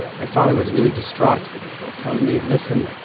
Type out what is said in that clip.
yeah my father was really distraught tells me, listen.